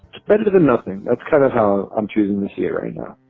it's better than nothing. that's kind of how i'm choosing this here right now